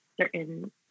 certain